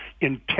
Intense